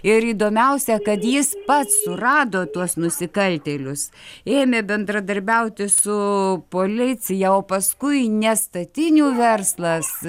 ir įdomiausia kad jis pats surado tuos nusikaltėlius ėmė bendradarbiauti su policija o paskui ne statinių verslas